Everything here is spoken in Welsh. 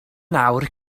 nawr